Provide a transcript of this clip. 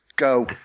Go